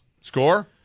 Score